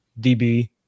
DB